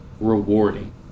rewarding